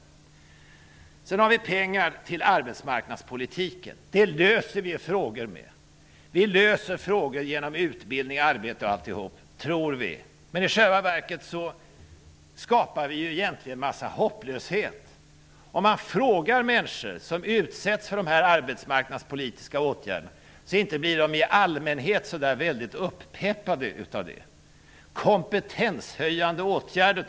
Sedan har vi frågan om pengar till arbetsmarknadspolitiken. Det är så vi löser problemen. Vi löser problemen genom utbildning osv. -- tror vi. I själva verket skapar vi en massa hopplöshet. Om man frågar människor som utsätts för dessa arbetsmarknadspolitiska åtgärder visar det sig att de i allmänhet inte blir så väldigt uppeppade av dem. Vi talar om kompetenshöjande åtgärder.